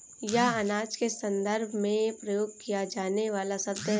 यह अनाज के संदर्भ में प्रयोग किया जाने वाला शब्द है